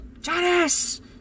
Janice